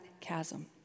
chasm